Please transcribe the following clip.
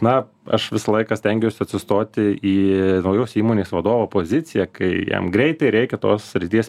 na aš visą laiką stengiuosi atsistoti į naujos įmonės vadovo poziciją kai jam greitai reikia tos srities